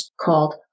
called